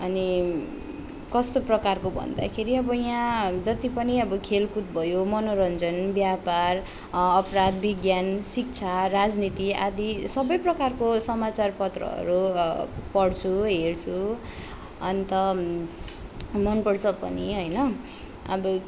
अनि कस्तो प्रकारको भन्दाखेरि अब यहाँ जति पनि अब खेलकुद भयो मनोरञ्जन व्यापार अपराध विज्ञान शिक्षा राजनीति आदि सबै प्रकारको समाचार पत्रहरू पढ्छु हेर्छु अन्त मन पर्छ पनि होइन अब